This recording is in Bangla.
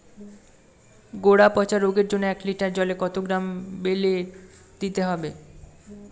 গোড়া পচা রোগের জন্য এক লিটার জলে কত গ্রাম বেল্লের দিতে হবে?